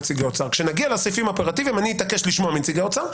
כשנגיע לסעיפים האופרטיביים אני אתעקש לשמוע מנציגי אוצר.